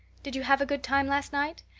did you have a good time last night?